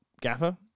gaffer